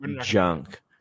junk